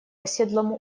оседлому